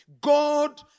God